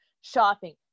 shopping